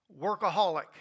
workaholic